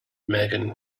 megan